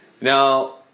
Now